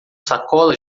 sacolas